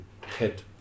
head